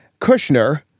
Kushner